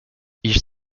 ils